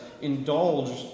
indulge